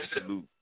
Salute